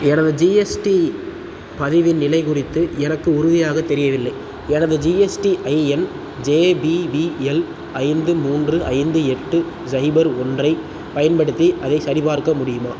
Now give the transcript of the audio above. எனது ஜிஎஸ்டி பதிவின் நிலை குறித்து எனக்கு உறுதியாக தெரியவில்லை எனது GSTIN J P V L ஐந்து மூன்று ஐந்து எட்டு சைபர் ஒன்று ஐப் பயன்படுத்தி அதைச் சரிபார்க்க முடியுமா